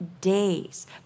days